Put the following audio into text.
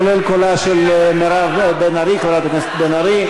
כולל קולה של חברת הכנסת מירב בן ארי.